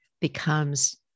becomes